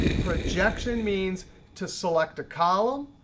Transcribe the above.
projection means to select a column.